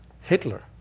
Hitler